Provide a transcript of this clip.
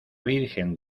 virgen